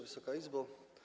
Wysoka Izbo!